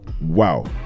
Wow